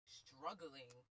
struggling